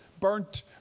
burnt